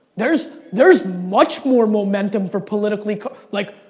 there's there's much more momentum for politically like